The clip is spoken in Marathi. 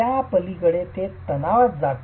त्यापलीकडे ते तणावात जातील